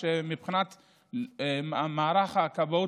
8 שאילתות דחופות 8 122. הנגשת מסמך זכויות העציר